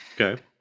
Okay